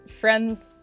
friends